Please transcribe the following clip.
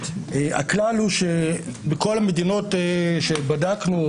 הכלל הוא שבכל המדינות שבדקנו,